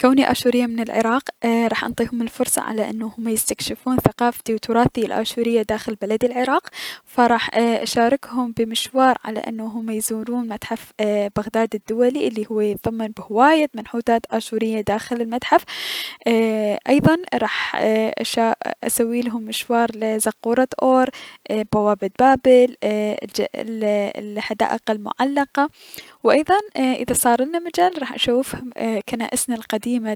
كوني اشورية من العراق اي- راح انطيهم الفرصة على انو هم يستكشفون ثقافتي و تراثي الأشورية داخل بلدي العراق، فراح اشاركهم بمشوار على انو هم يزورون متاحف بغداد الدولي الي هو يتضمن بهواية منحوتات اشورية داخل المتحف ايضا راح ايي- ااسويلهم مشوار لزقورة اور اي- بوابة بابل اي- ال-ال- الحدائق المعلقة، و ايضا اذا صارلنا مجال راح اشوفهم كنائسنا القديمة